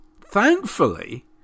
thankfully